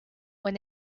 were